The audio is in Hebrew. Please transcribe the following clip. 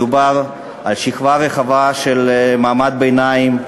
מדובר על שכבה רחבה של מעמד ביניים,